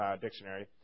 Dictionary